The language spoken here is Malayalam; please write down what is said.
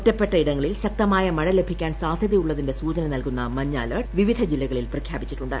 ഒറ്റപ്പെട്ട ഇടങ്ങളിൽ ശക്തമായ മഴ ലഭിക്കാൻ സാധ്യതയുള്ളതിന്റെ സൂചന നൽകുന്ന മഞ്ഞ അലർട്ട് വിവിധ ജില്ലകളിൽ പ്രഖ്യാപിച്ചിട്ടുണ്ട്